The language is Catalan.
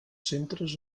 centres